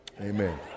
Amen